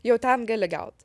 jau ten gali gaut